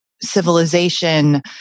civilization